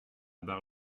bar